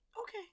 Okay